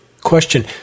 Question